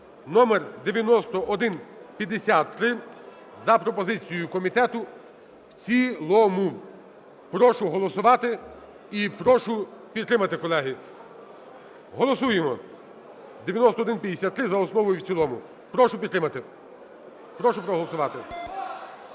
(№9153) за пропозицією комітету в цілому. Прошу голосувати і прошу підтримати, колеги. Голосуємо 9153 за основу і в цілому. Прошу підтримати, прошу проголосувати.